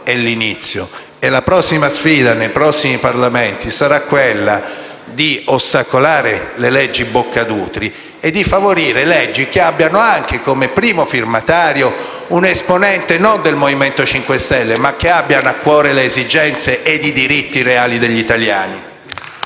è l'inizio e la prossima sfida dei prossimi Parlamenti sarà quella di ostacolare le leggi Boccadutri e di favorire leggi che abbiano anche come primo firmatario un esponente non del Movimento 5 Stelle, ma che abbia a cuore le esigenze e i diritti reali degli italiani.